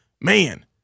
man